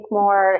more